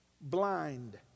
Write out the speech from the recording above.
Blind